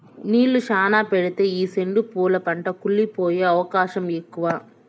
నీళ్ళు శ్యానా పెడితే ఈ సెండు పూల పంట కుళ్లి పోయే అవకాశం ఎక్కువ